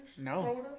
No